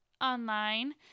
online